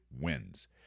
wins